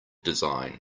design